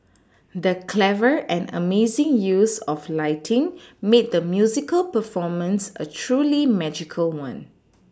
the clever and amazing use of lighting made the musical performance a truly magical one